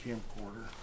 Camcorder